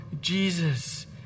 Jesus